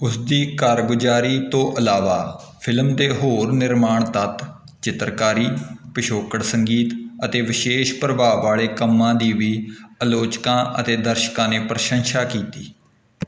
ਉਸ ਦੀ ਕਾਰਗੁਜ਼ਾਰੀ ਤੋਂ ਇਲਾਵਾ ਫਿਲਮ ਦੇ ਹੋਰ ਨਿਰਮਾਣ ਤੱਤ ਚਿੱਤਰਕਾਰੀ ਪਿਛੋਕੜ ਸੰਗੀਤ ਅਤੇ ਵਿਸ਼ੇਸ਼ ਪ੍ਰਭਾਵ ਵਾਲੇ ਕੰਮਾਂ ਦੀ ਵੀ ਆਲੋਚਕਾਂ ਅਤੇ ਦਰਸ਼ਕਾਂ ਨੇ ਪ੍ਰਸ਼ੰਸਾ ਕੀਤੀ